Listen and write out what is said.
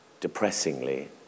depressingly